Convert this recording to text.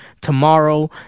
tomorrow